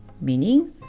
meaning